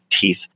teeth